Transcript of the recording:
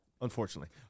Unfortunately